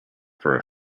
for